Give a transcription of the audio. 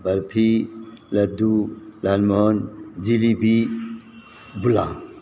barfi laddu lal mohan jalebi ꯒꯨꯂꯥ